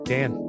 Dan